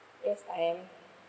yes I am